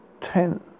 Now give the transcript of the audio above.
ten